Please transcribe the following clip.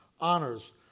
honors